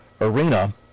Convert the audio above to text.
arena